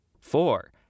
Four